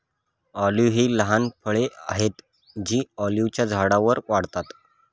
olive ही लहान फळे आहेत जी ऑलिव्हच्या झाडांवर वाढतात